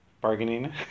bargaining